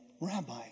Rabbi